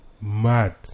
Mad